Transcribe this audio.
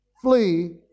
Flee